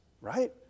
right